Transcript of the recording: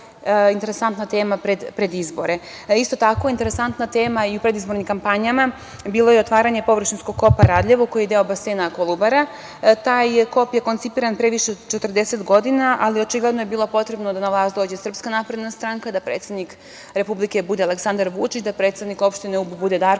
interesantna tema pred izbore. Isto tako, interesantna tema u predizbornim kampanjama bilo je otvaranje površinskog kopa „Radljevo“ koji je deo basena „Kolubara“. Taj kop je koncipiran pre više od 40 godina, ali očigledno je bilo potrebno da na vlast dođe SNS, da predsednik Republike bude Aleksandar Vučić, da predsednik opštine Ub bude Darko